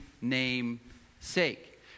namesake